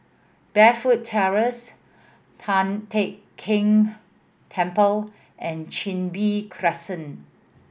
Burnfoot Terrace Tian Teck Keng Temple and Chin Bee Crescent